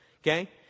okay